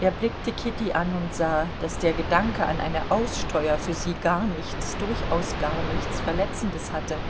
er blickte kitty an und sah daß der gedanke an eine aussteuer für sie gar nichts durchaus gar nichts verletzendes hatte